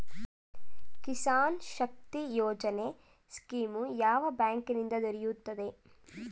ಕಿಸಾನ್ ಶಕ್ತಿ ಯೋಜನೆ ಸ್ಕೀಮು ಯಾವ ಬ್ಯಾಂಕಿನಿಂದ ದೊರೆಯುತ್ತದೆ?